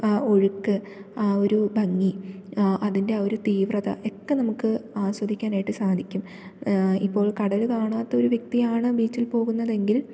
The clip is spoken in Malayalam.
ആ ഒഴുക്ക് ആ ഒരു ഭംഗി അതിൻ്റെ ഒരു തീവ്രത ഒക്കെ നമുക്ക് ആസ്വദിക്കാനായിട്ട് സാധിക്കും ഇപ്പോൾ കടല് കാണാത്തൊരു വ്യക്തിയാണ് ബീച്ചിൽ പോകുന്നതെങ്കിൽ